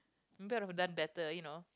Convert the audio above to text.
you could've done better you know